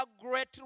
great